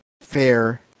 fair